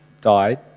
died